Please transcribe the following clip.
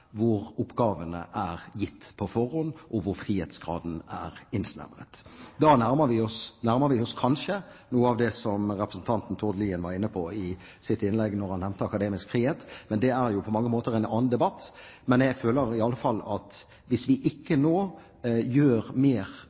hvor frihetsgraden er innsnevret? Da nærmere vi oss kanskje noe av det som representanten Tord Lien var inne på i sitt innlegg, da han nevnte akademisk frihet. Det er på mange måter en annen debatt, men jeg føler i alle fall at hvis vi ikke nå gjør mer